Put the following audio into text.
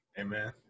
Amen